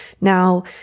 Now